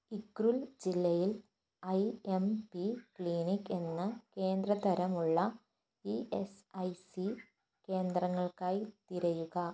ഉഖ്രുൽ ജില്ലയിൽ I M P clinic എന്ന കേന്ദ്ര തരം ഉള്ള ഇ എസ് ഐ സി കേന്ദ്രങ്ങൾക്കായി തിരയുക